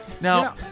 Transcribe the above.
now